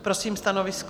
Prosím stanovisko?